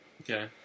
Okay